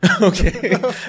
Okay